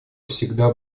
всегда